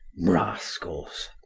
rascals!